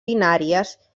binàries